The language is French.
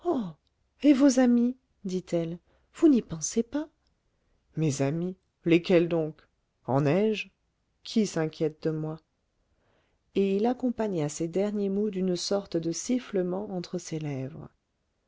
et vos amis dit-elle vous n'y pensez pas mes amis lesquels donc en ai-je qui s'inquiète de moi et il accompagna ces derniers mots d'une sorte de sifflement entre ses lèvres